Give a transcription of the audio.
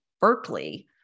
Berkeley